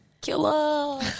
Killer